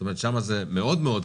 זאת אומרת שם זה מאוד כדאי.